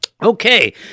Okay